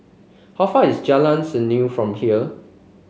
how far is Jalan Serengam from here